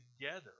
together